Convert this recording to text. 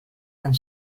and